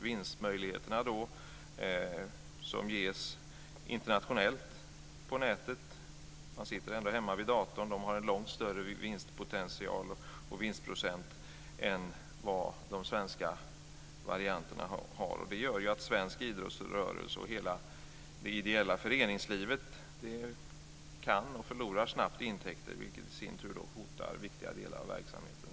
Vinstmöjligheterna som ges internationellt på nätet, även om man sitter hemma vid datorn, är långt större. Man har en långt större vinstpotential och vinstprocent än vad de svenska varianterna har. Det gör att svensk idrottsrörelse och hela det ideella föreningslivet snabbt kan och förlorar sina intäkter, vilket i sin tur hotar viktiga delar av verksamheten.